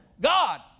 God